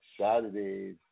Saturdays